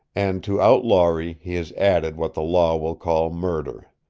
and to outlawry he has added what the law will call murder.